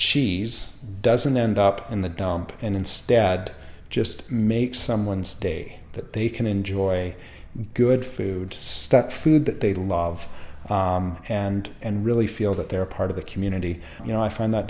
cheese doesn't end up in the dump and instead just make someone's day that they can enjoy good food step food that they love and and really feel that they're part of the community you know i find that